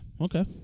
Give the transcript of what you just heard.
okay